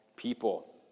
people